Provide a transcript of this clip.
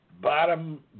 Bottom